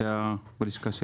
שהיה בלשכה,